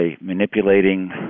manipulating